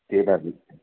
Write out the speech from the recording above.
त्यही माथि